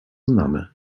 znamy